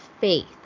faith